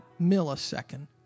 millisecond